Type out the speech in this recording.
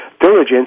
diligence